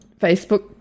facebook